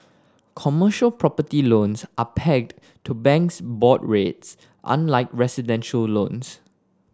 commercial property loans are pegged to banks' board rates unlike residential loans